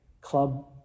club